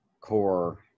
core